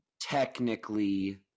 technically